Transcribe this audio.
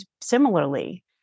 similarly